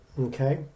okay